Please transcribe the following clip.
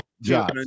Josh